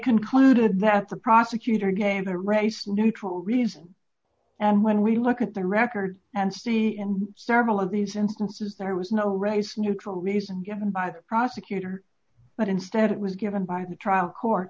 concluded that the prosecutor game the race neutral reason and when we look at the record and see in several of these instances there was no race neutral reason given by the prosecutor but instead it was given by the trial court